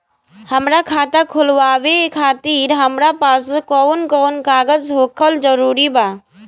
हमार खाता खोलवावे खातिर हमरा पास कऊन कऊन कागज होखल जरूरी बा?